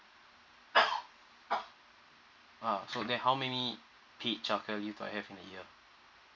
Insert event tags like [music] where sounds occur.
[coughs] ah then how many paid child care leave do I have in a year